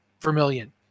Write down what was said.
vermilion